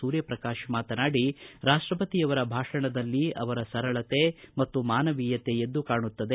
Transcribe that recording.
ಸೂರ್ಯಪ್ರಕಾಶ ಮಾತನಾಡಿ ರಾಷ್ಟಪತಿ ಅವರ ಭಾಷಣದಲ್ಲಿ ಅವರ ಸರಳತೆ ಮತ್ತು ಮಾನವೀಯತೆ ಎದ್ದು ಕಾಣುತ್ತದೆ